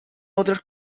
other